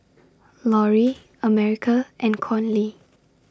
Loree America and Conley